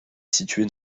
située